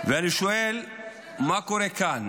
ואני שואל מה קורה כאן.